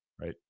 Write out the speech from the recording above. right